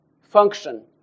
function